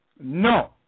No